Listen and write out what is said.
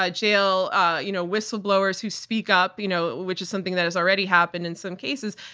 ah jail ah you know whistleblowers who speak up, you know which is something that has already happened in some cases,